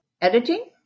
editing